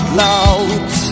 loud